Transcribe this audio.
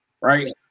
right